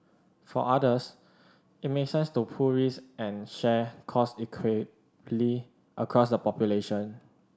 for others it make sense to pool risk and share cost equitably across the population